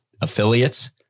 affiliates